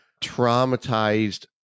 traumatized